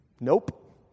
Nope